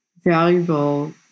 valuable